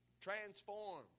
Transform